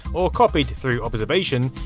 or copied through observation,